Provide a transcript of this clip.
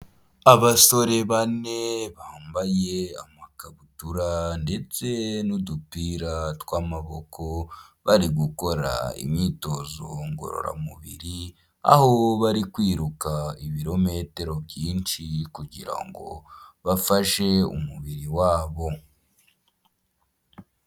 Abasore bane bambaye amakabutura ndetse n'udupira tw'amaboko bari gukora imyitozo ngororamubiri, aho bari kwiruka ibirometero byinshi kugira ngo bafashe umubiri wabo.